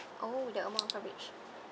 oh the amount of coverage